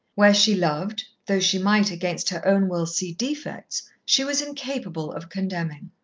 where she loved, though she might, against her own will see defects, she was incapable of condemning.